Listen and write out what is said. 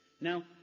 Now